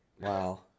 Wow